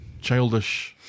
childish